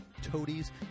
Toadies